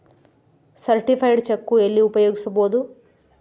Certified check ಎಲ್ಲಿ ಉಪಯೋಗಿಸ್ಬೋದು?